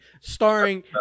starring